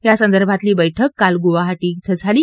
यासंदर्भातली बैठक काल गुवाहाटीमधे झाली